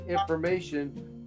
information